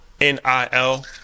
N-I-L